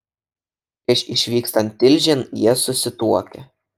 prieš išvykstant tilžėn jie susituokia